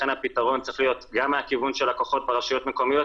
לכן הפתרון צריך להיות גם מהכיוון של הכוחות ברשויות המקומיות,